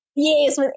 Yes